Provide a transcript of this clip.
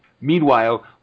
Meanwhile